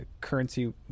currency